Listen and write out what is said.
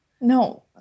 no